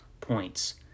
points